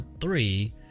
three